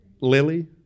Lily